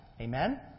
Amen